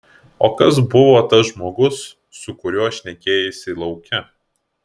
o kas buvo tas žmogus su kuriuo šnekėjaisi lauke